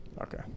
Okay